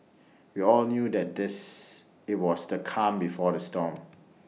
we all knew that this IT was the calm before the storm